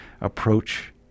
approach